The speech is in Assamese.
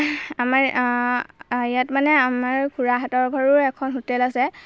আমাৰ ইয়াত মানে আমাৰ খুৰাহঁতৰ ঘৰো এখন হোটেল আছে